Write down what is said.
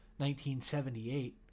1978